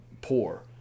poor